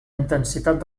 intensitat